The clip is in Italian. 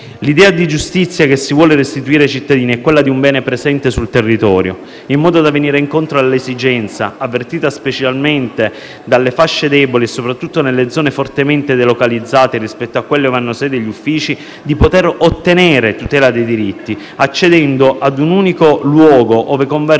L'idea di giustizia che si vuole restituire ai cittadini è quella di un bene presente sul territorio, in modo da venire incontro all'esigenza, avvertita specialmente dalle fasce deboli e soprattutto nelle zone fortemente delocalizzate rispetto a quelle dove hanno sede gli uffici, di poter ottenere tutela dei diritti accedendo ad un unico luogo ove convergono gli